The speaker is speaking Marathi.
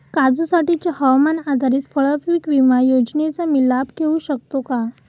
काजूसाठीच्या हवामान आधारित फळपीक विमा योजनेचा मी लाभ घेऊ शकतो का?